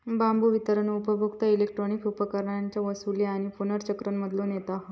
बांबू वितरण उपभोक्ता इलेक्ट्रॉनिक उपकरणांच्या वसूली आणि पुनर्चक्रण मधलो नेता असा